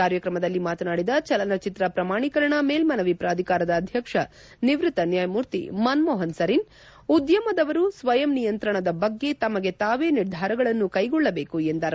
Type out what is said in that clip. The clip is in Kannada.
ಕಾರ್ಯಕ್ರಮದಲ್ಲಿ ಮಾತನಾಡಿದ ಚಲನಚಿತ್ರ ಪ್ರಮಾಣೀಕರಣ ಮೇಲ್ಜನವಿ ಪ್ರಾಧಿಕಾರದ ಅಧ್ವಕ್ಷ ನಿವೃತ್ತ ನ್ಞಾಯಮೂರ್ತಿ ಮನ್ಮೋಹನ್ ಸರಿನ್ ಉದ್ಯಮದವರು ಸ್ವಯಂ ನಿಯಂತ್ರಣದ ಬಗ್ಗೆ ತಮಗೆ ತಾವೇ ನಿರ್ದಾರವನ್ನು ಕೈಗೊಳ್ಳಬೇಕು ಎಂದರು